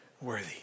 worthy